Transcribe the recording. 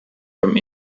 from